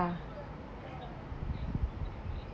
ya